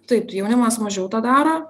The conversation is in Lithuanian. taip tai jaunimas mažiau tą daro